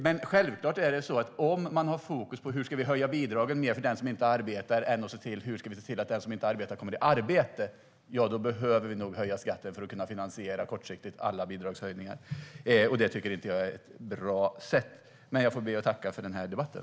Men om man har mer fokus på hur vi ska höja bidragen för den som inte arbetar än på hur vi ska se till att den som inte arbetar kommer i arbete behöver vi nog höja skatten för att kortsiktigt kunna finansiera alla bidragshöjningar. Det tycker jag dock inte är ett bra sätt. Jag får be att tacka för debatten!